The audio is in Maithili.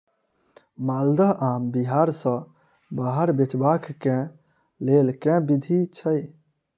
माल्दह आम बिहार सऽ बाहर बेचबाक केँ लेल केँ विधि छैय?